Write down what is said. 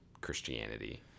Christianity